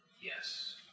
Yes